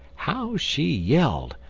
how she yelled,